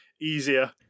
easier